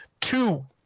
two